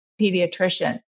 pediatrician